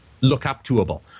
look-up-toable